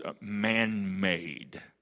man-made